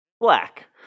black